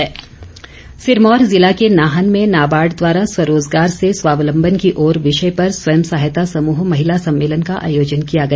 बिंदल सिरमौर जिला के नाहन में नाबार्ड द्वारा स्वरोजगार से स्वाबलंबन की ओर विषय पर स्वयं सहायता समूह महिला सम्मेलन का आयोजन किया गया